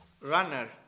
runner